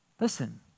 Listen